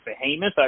Behemoth